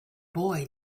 boy